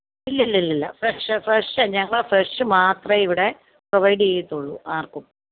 ഇല്ലില്ലില്ല fresh fresh ഞങ്ങൾ fresh മാത്രമേ ഇവിടെ പ്രൊവൈഡ് ചെയ്യത്തൊള്ളൂ ആര്ക്കും